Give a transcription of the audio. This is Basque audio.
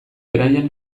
beraien